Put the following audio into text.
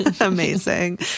Amazing